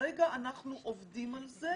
כרגע אנחנו עובדים על זה.